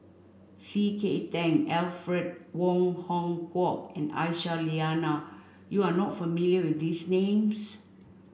C K Tang Alfred Wong Hong Kwok and Aisyah Lyana you are not familiar with these names